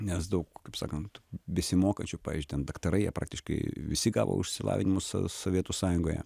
nes daug kaip sakant besimokančių pavyzdžiui ten daktarai jie praktiškai visi gavo išsilavinimus sovietų sąjungoje